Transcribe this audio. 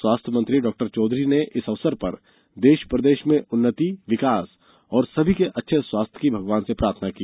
स्वास्थ्य मंत्री डॉक्टर चौधरी ने इस अवसर पर देश प्रदेश की उन्नति विकास एवं सभी के अच्छे स्वास्थ्य की भगवान से प्रार्थना की